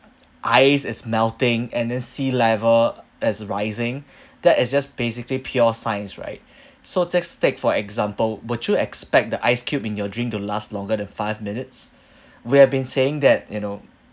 ice is melting and then sea level is rising that is just basically pure science right so just take for example would you expect the ice cube in your drink to last longer than five minutes we've been saying that you know